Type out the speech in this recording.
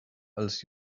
als